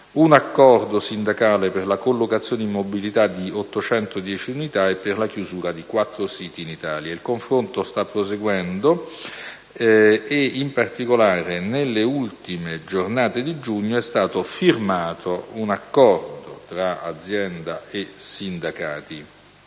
un accordo per la collocazione in mobilità di 810 unità e uno per la chiusura di quattro siti in Italia. Il confronto sta proseguendo e nelle ultime giornate di giugno è stato firmato un accordo tra azienda e sindacati.